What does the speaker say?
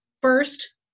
first